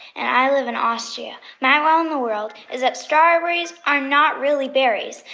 and i live in austria. my wow in the world is that strawberries are not really berries,